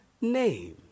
name